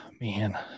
Man